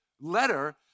letter